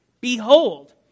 behold